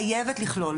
חייבת לכלול,